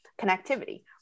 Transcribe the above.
connectivity